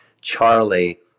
Charlie